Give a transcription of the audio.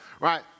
Right